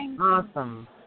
Awesome